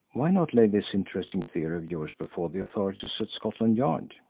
why not lay this interesting theory of yours before the authorities at scotland yard?